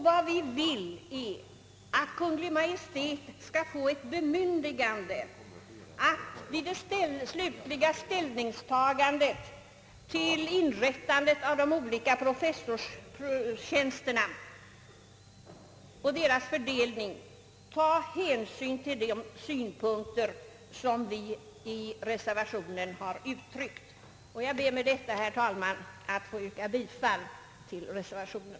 Vad vi vill är att Kungl. Maj:t skall få ett bemyndigande att vid det slutliga ställningstagandet till inrättandet av de olika professorstjänsterna och deras fördelning ta hänsyn till de synpunkter som vi har gett uttryck åt i reservationen. Jag ber med detta, herr talman, att få yrka bifall till reservationen.